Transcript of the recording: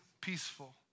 peaceful